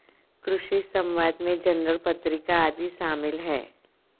कृषि समवाद में जर्नल पत्रिका आदि शामिल हैं